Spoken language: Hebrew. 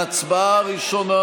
ההצבעה הראשונה